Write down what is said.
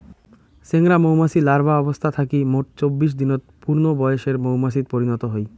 চেংরা মৌমাছি লার্ভা অবস্থা থাকি মোট চব্বিশ দিনত পূর্ণবয়সের মৌমাছিত পরিণত হই